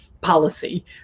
policy